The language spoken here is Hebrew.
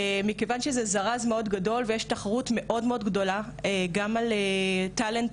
מכיוון שזה זרז מאוד גדול ויש תחרות מאוד-מאוד גדולה גם על טאלנטים.